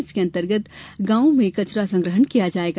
इसके अंतर्गत ग्रामों में कचरा संग्रहण किया जायेगा